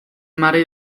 mare